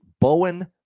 Bowen